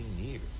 years